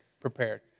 prepared